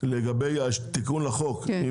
כי אני